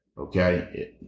Okay